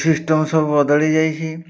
system ସବୁ ବଦଳି ଯାଇଛି